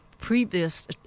previous